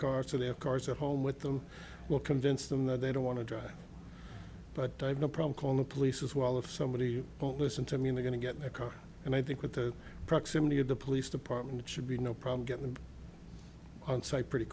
cars to their cars or home with them will convince them that they don't want to drive but i have no problem calling the police as well if somebody won't listen to me going to get their car and i think with the proximity of the police department should be no problem getting on site pretty